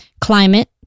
climate